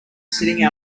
sitting